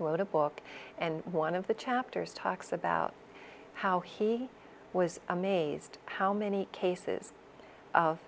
he wrote a book and one of the chapters talks about how he was amazed how many cases of